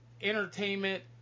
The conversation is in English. entertainment